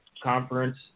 Conference